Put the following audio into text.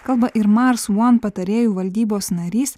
kalba ir mars vuon patarėjų valdybos narys